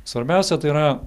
svarbiausia tai yra